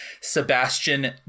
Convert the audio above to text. Sebastian